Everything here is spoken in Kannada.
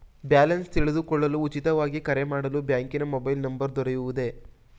ಬ್ಯಾಲೆನ್ಸ್ ತಿಳಿದುಕೊಳ್ಳಲು ಉಚಿತವಾಗಿ ಕರೆ ಮಾಡಲು ಬ್ಯಾಂಕಿನ ಮೊಬೈಲ್ ನಂಬರ್ ದೊರೆಯುವುದೇ?